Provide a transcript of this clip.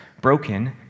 broken